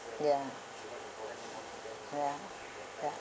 ya ya ya